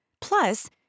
Plus